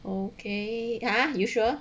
okay ah you sure